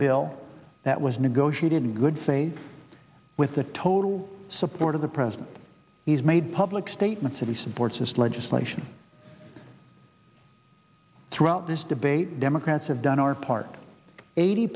bill that was negotiated in good faith with the total support of the president he's made public statements that he supports this legislation throughout this debate democrats have done our part eighty